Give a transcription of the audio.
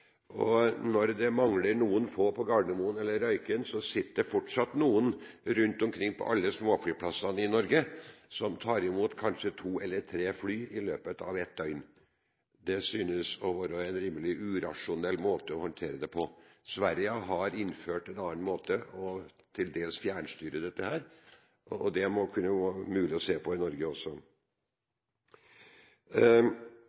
Når det mangler noen få på Gardermoen eller i Røyken, sitter det fortsatt noen rundt omkring på alle småflyplassene i Norge som tar imot kanskje to eller tre fly i løpet av et døgn. Det synes å være en rimelig urasjonell måte å håndtere det på. Sverige har innført en annen måte til dels å fjernstyre dette på, og det må kunne være mulig å se på det i Norge